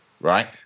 Right